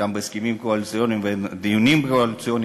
גם בהסכמים הקואליציוניים וגם בדיונים הקואליציוניים